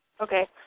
Okay